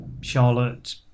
Charlotte